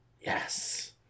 yes